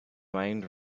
mind